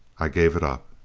i gave it up!